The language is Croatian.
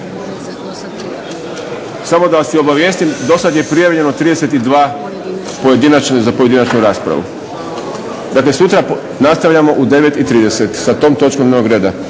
Samo da vas obavijestim, dosad je prijavljeno 32 za pojedinačnu raspravu. Dakle sutra nastavljamo u 9,30 sa tom točkom dnevnog reda.